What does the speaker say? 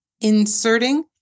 inserting